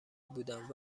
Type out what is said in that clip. بودم